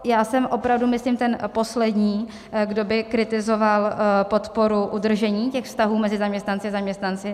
Já jsem opravdu myslím ten poslední, kdo by kritizoval podporu udržení vztahů mezi zaměstnavateli a zaměstnanci.